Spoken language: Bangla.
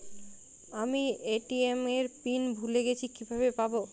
আমি এ.টি.এম এর পিন ভুলে গেছি কিভাবে পাবো?